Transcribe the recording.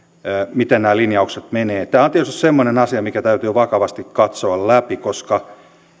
miten nämä linjaukset menevät tämä on tietysti semmoinen asia mikä täytyy vakavasti katsoa läpi koska